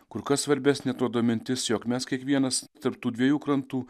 kur kas svarbesnė atrodo mintis jog mes kiekvienas tarp tų dviejų krantų